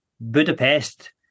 Budapest